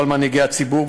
כל מנהיגי הציבור,